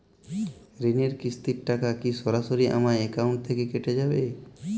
ঋণের কিস্তির টাকা কি সরাসরি আমার অ্যাকাউন্ট থেকে কেটে যাবে?